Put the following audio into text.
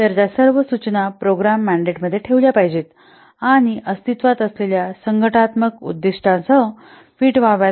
तर त्या सर्व सूचना प्रोग्राम मँडेटमध्ये ठेवल्या पाहिजेत आणि अस्तित्त्वात असलेल्या संघटनात्मक उद्दीष्टांसह फिट व्हाव्यात